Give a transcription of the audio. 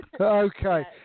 Okay